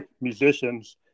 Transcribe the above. musicians